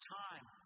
time